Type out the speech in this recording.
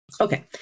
Okay